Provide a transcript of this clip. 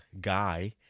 guy